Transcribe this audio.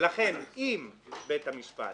ולכן, אם בית המשפט